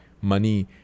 money